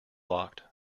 locked